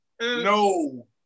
No